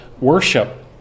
worship